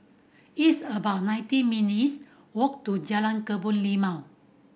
it's about nineteen minutes' walk to Jalan Kebun Limau